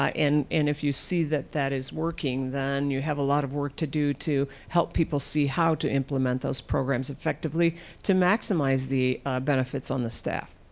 ah and and if you see that that is working, then you have a lot of work to do to help people see how to implement those programs effectively to maximize the benefits on the staff.